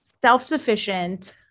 self-sufficient